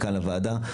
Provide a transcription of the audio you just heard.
לכאן לוועדה,